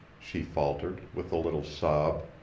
she faltered, with a little sob.